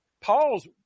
Paul's